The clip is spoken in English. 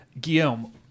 Guillaume